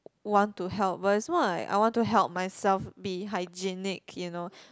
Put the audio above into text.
want to help but is more of like I want to help myself be hygienic you know